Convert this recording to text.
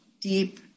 deep